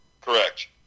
Correct